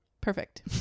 perfect